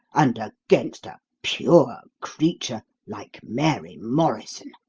and against a pure creature like mary morrison!